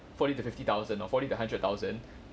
forty to fifty thousand or forty to hundred thousand